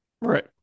right